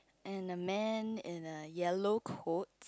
and a man and a yellow cloth